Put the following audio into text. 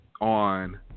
on